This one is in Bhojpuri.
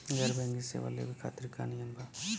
गैर बैंकिंग सेवा लेवे खातिर का नियम बा?